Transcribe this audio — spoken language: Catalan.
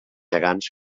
gegants